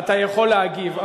אתה יכול להגיב.